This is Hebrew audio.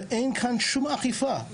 ואין כאן שום אכיפה.